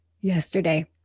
yesterday